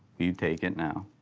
you take it now.